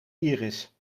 iris